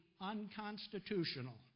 unconstitutional